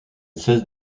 cesse